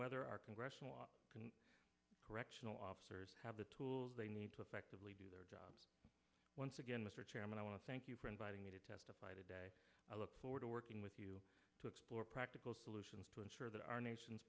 whether our congressional correctional officers have the tools they need to affectively do their job once again mr chairman i want to thank you for inviting me to testify today i look forward to working with you to explore practical solutions to ensure that our nation's